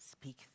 speak